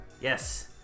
Yes